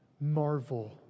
marvel